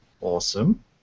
awesome